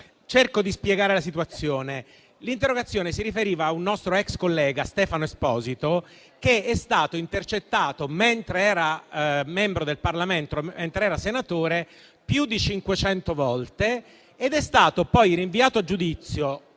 Cerco di spiegare la situazione. L'interrogazione si riferiva a un nostro ex collega, Stefano Esposito, che è stato intercettato mentre era membro del Parlamento, precisamente era senatore, più di 500 volte ed è stato poi rinviato a giudizio,